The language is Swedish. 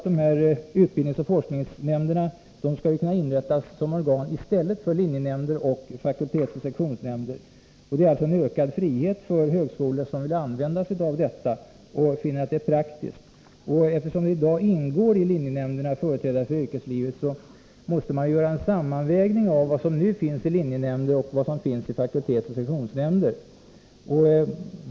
Dessa utbildningsoch forskningsnämnder skall kunna inrättas som organ i stället för linjenämnder och fakultetsoch sektionsnämnder. Det är alltså en ökad frihet för högskolan att använda sig av detta, om man finner det praktiskt. Eftersom det i dag ingår företrädare för yrkeslivet i linjenämnderna, måste man göra en sammanvägning av vad som finns i linjenämnder och vad som finns i fakultetsoch sektionsnämnder.